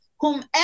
whomever